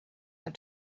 had